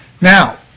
Now